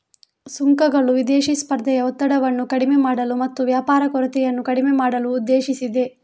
ಸುಂಕಗಳು ವಿದೇಶಿ ಸ್ಪರ್ಧೆಯ ಒತ್ತಡವನ್ನು ಕಡಿಮೆ ಮಾಡಲು ಮತ್ತು ವ್ಯಾಪಾರ ಕೊರತೆಯನ್ನು ಕಡಿಮೆ ಮಾಡಲು ಉದ್ದೇಶಿಸಿದೆ